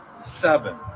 seven